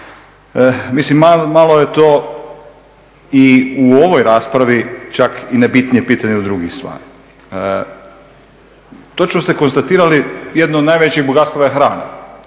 Mislim, malo je to i u ovoj raspravi čak i najbitnije pitanje od drugih stvari. Točno ste konstatirali jedno od najvećih bogatstava je hrana.